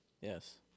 Yes